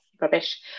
rubbish